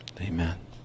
Amen